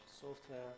Software